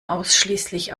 ausschließlich